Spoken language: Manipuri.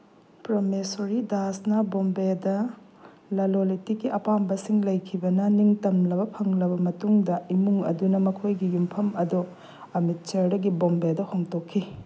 ꯄꯔꯃꯦꯁꯣꯔꯤ ꯗꯥꯁꯅ ꯕꯣꯝꯕꯦꯗ ꯂꯂꯣꯟ ꯏꯇꯤꯛꯀꯤ ꯑꯄꯥꯝꯕꯁꯤꯡ ꯂꯩꯈꯤꯕꯅ ꯅꯤꯡꯇꯝꯂꯕ ꯐꯪꯂꯕ ꯃꯇꯨꯡꯗ ꯏꯃꯨꯡ ꯑꯗꯨꯅ ꯃꯈꯣꯏꯒꯤ ꯌꯨꯝꯐꯝ ꯑꯗꯨ ꯑꯃꯤꯠꯁꯔꯗꯒꯤ ꯕꯣꯝꯕꯦꯗ ꯍꯣꯡꯗꯣꯛꯈꯤ